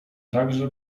także